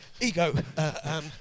Ego